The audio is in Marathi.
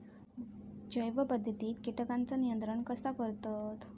जैव पध्दतीत किटकांचा नियंत्रण कसा करतत?